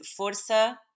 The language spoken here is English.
Força